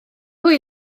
mae